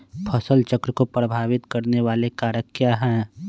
फसल चक्र को प्रभावित करने वाले कारक क्या है?